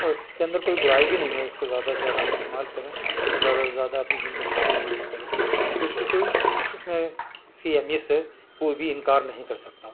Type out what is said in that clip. اور اس کے اندر کوئی برائی بھی نہیں ہے اس پہ زیادہ سے زیادہ ہم استعمال کریں اور زیادہ سے زیادہ اپنی زندگی کے اندر یوز کریں تو اس کی کوئی اس میں اس کی اہمیت سے کوئی بھی انکار نہیں کر سکتا